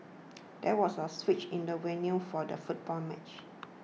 there was a switch in the venue for the football match